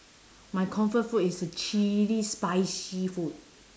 my comfort food is chilli spicy food